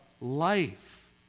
life